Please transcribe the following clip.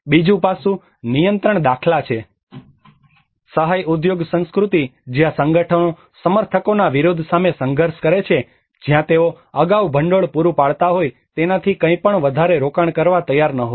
બીજું પાસું નિયંત્રણ દાખલા છે સહાય ઉદ્યોગ સંસ્કૃતિ જ્યાં સંગઠનો સમર્થકોના વિરોધ સામે સંઘર્ષ કરે છે જ્યાં તેઓ અગાઉ ભંડોળ પૂરું પાડતા હોય તેનાથી કંઇપણ વધારે રોકાણ કરવા તૈયાર ન હોય